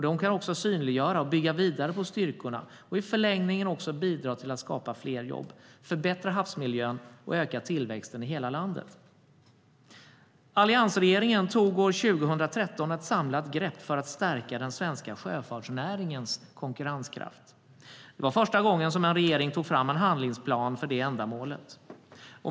Den kan också synliggöra och bygga vidare på styrkorna och i förlängningen också bidra till att skapa fler jobb, förbättra havsmiljön och öka tillväxten i hela landet. Alliansregeringen tog år 2013 ett samlat grepp för att stärka den svenska sjöfartsnäringens konkurrenskraft. Det var första gången som en regering tog fram en handlingsplan för det ändamålet.